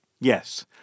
Yes